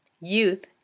Youth